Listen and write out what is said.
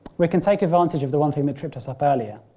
we can take advantage of the one thing that tripped us up earlier,